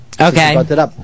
Okay